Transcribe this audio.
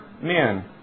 Men